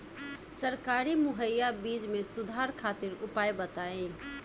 सरकारी मुहैया बीज में सुधार खातिर उपाय बताई?